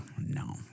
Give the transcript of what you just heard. No